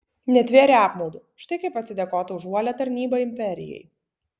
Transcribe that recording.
netvėrė apmaudu štai kaip atsidėkota už uolią tarnybą imperijai